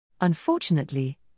Unfortunately